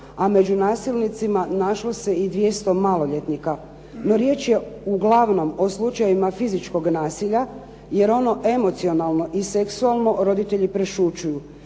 a među nasilnicima našlo se i 200 maloljetnika. No riječ je uglavnom o slučajevima fizičkog nasilja jer ono emocionalno i seksualno roditelji prešućuju,